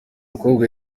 mukobwa